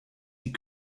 die